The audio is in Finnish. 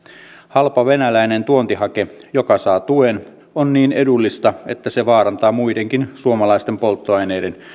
halpa venäläinen tuontihake joka saa tuen on niin edullista että se vaarantaa muidenkin suomalaisten polttoaineiden